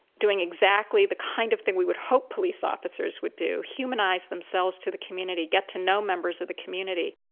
doing exactly the kind of thing we would hope police officers would do humanize themselves to the community get to know members of the community.